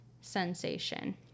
sensation